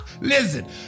Listen